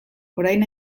orain